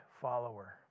follower